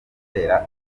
gutera